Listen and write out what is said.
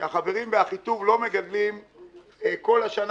כי החברים באחיטוב לא מגדלים כל השנה